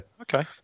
okay